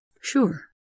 Sure